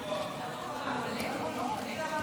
הוועדה: למירי ואיילת,